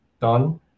done